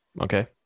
Okay